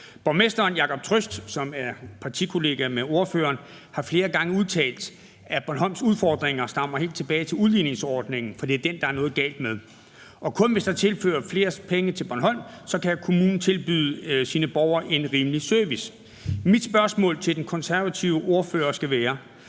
Borgmesteren, Jacob Trøst, som er partikollega med ordføreren, har flere gange udtalt, at Bornholms udfordringer stammer helt tilbage til udligningsordningen, fordi det er den, der er noget galt med, og kun hvis der tilføres flere penge til Bornholm, kan kommunen tilbyde sine borgere en rimelig service. Mit spørgsmål til den konservative ordfører skal være: